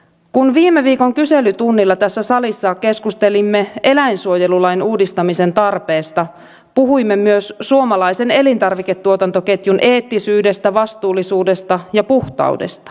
kun viime viikon kyselytunnilla tässä salissa keskustelimme eläinsuojelulain uudistamisen tarpeesta puhuimme myös suomalaisen elintarviketuotantoketjun eettisyydestä vastuullisuudesta ja puhtaudesta